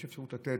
יש אפשרות לתת